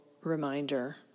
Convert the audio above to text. reminder